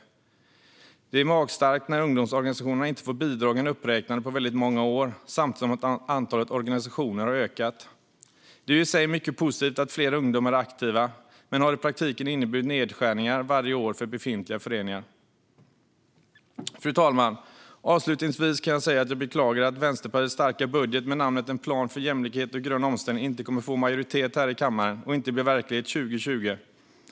Detta är magstarkt, när ungdomsorganisationerna inte fått bidragen uppräknade på väldigt många år, samtidigt som antalet organisationer har ökat. Det är i sig mycket positivt att fler ungdomar är aktiva, men det har i praktiken inneburit nedskärningar varje år för befintliga föreningar. Fru talman! Avslutningsvis kan jag säga att jag beklagar att Vänsterpartiets starka budget med namnet En plan för jämlikhet och grön omställning inte kommer att få majoritet i kammaren och inte blir verklighet 2020.